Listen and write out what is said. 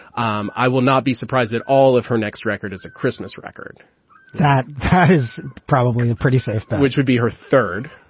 um i will not be surprised at all if her next record is a christmas record that that is probably a pretty safe bet, which would be her third.